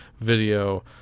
video